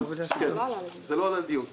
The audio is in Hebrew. אבל זה לא עלה לדיון בכלל.